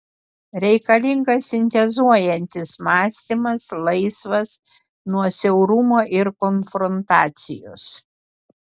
reikalingas sintezuojantis mąstymas laisvas nuo siaurumo ir konfrontacijos